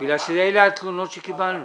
אלה התלונות שקיבלנו.